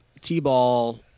t-ball